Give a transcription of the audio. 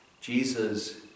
Jesus